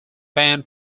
band